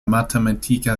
matematika